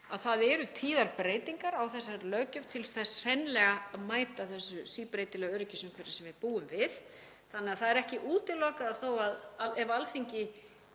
að það eru tíðar breytingar á þessari löggjöf til þess hreinlega að mæta því síbreytilega öryggisumhverfi sem við búum við. Það er því ekki útilokað, ef Alþingi